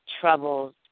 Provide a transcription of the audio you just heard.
troubles